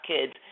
kids